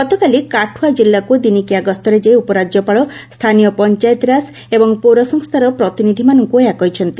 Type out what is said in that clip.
ଗତକାଲି କାଠୁଆ ଜିଲ୍ଲାକୁ ଦିନିକିଆ ଗସ୍ତରେ ଯାଇ ଉପରାଜ୍ୟପାଳ ସ୍ଥାନୀୟ ପଞ୍ଚାୟତିରାଜ ଏବଂ ପୌରସଂସ୍କାର ପ୍ରତିନିଧିମାନଙ୍କ ଏହା କହିଛନ୍ତି